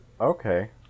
Okay